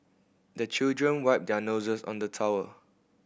the children wipe their noses on the towel